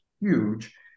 huge